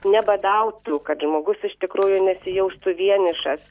nebadautų kad žmogus iš tikrųjų nesijaustų vienišas